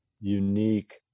unique